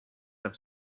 have